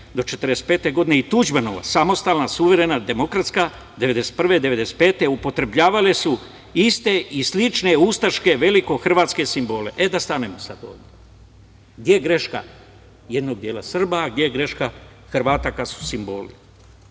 do 1945. godine i Tuđmanova samostalna, suverena, demokratska od 1991. do 1995. godine upotrebljavale su iste i slične ustaške velikohrvatske simbole. E, da stanemo sad ovde. Gde je greška jednog dela Srba, a gde je greška Hrvata kada su simboli?